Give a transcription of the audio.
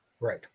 Right